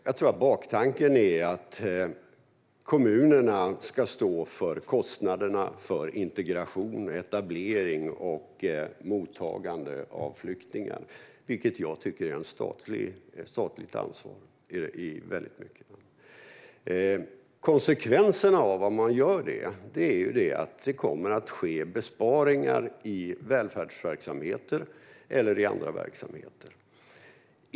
Jag tror att baktanken är att kommunerna ska stå för kostnaderna för integration, etablering och mottagande av flyktingar, vilket jag i väldigt mycket tycker är ett statligt ansvar. Konsekvenserna av detta vore att det blir besparingar i välfärdsverksamheter eller i andra verksamheter.